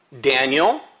Daniel